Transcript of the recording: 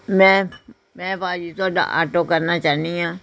ਮੈਂ ਮੈਂ ਭਾਅ ਜੀ ਤੁਹਾਡਾ ਆਟੋ ਕਰਨਾ ਚਾਹੁੰਦੀ ਹਾਂ